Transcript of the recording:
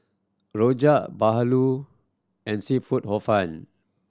rojak bahulu and seafood Hor Fun